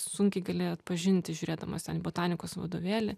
sunkiai gali atpažinti žiūrėdamas ten į botanikos vadovėlį